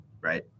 right